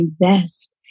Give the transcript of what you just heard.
invest